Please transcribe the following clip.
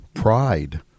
pride